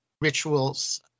rituals